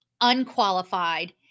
unqualified